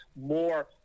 more